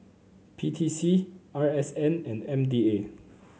P T C R S N and M D A